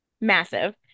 massive